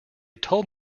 told